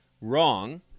wrong